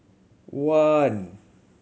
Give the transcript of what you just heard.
one